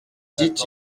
dit